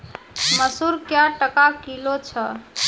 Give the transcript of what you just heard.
मसूर क्या टका किलो छ?